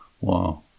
Wow